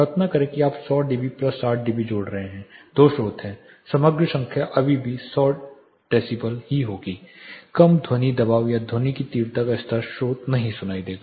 कल्पना करें कि आप 100 डीबी प्लस 60 डीबी जोड़ रहे हैं दो स्रोत हैं समग्र संख्या अभी भी 100 डेसिबल होगी कम ध्वनि दबाव या ध्वनि की तीव्रता का स्तर स्रोत नहीं सुनाई देगा